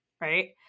right